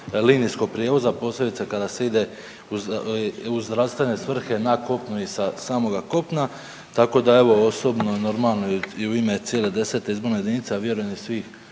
linijskog prijevoza, posebice kada se ide u zdravstvene svrhe na kopno i sa samoga kopna, tako da evo osobno normalno i u ime cijele 10. izborne jedinice, a vjerujem i svih